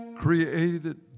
created